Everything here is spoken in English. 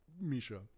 misha